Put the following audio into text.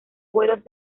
vuelos